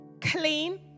clean